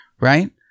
Right